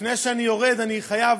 לפני שאני יורד אני חייב,